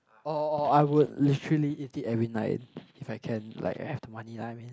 oh oh oh I would naturally eat it every night if I can like I have the money I mean